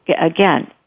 again